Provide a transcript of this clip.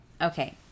Okay